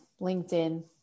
linkedin